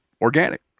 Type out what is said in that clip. organic